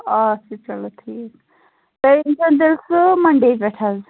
اچھا چَلو ٹھیٖک تُہۍ أنۍزِہون تیٚلہِ سُہ مَنٛڈے پیٚٹھٕ حظ